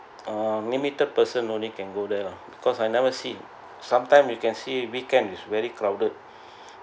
uh limited person only can go there lah because I never see sometime you can see weekend is very crowded